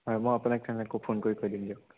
হয় মই আপোনাক তেনেকৈ ফোন কৰি কৈ দিম দিয়ক